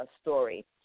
story